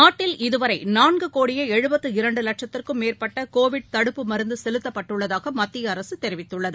நாட்டில் இதுவரைநான்குகோடியே லட்சத்திற்கும் மேற்பட்டகோவிட் தடுப்பு மருந்துசெலுத்தப்பட்டுள்ளதாகமத்தியஅரசுதெரிவித்துள்ளது